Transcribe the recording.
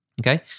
Okay